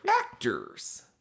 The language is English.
actors